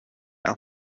now